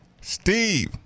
Steve